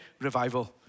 revival